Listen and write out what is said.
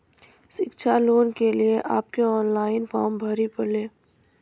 शिक्षा लोन के लिए आप के ऑनलाइन फॉर्म भरी ले?